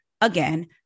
Again